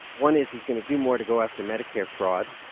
one is he's going to do more to go after medicare fraud.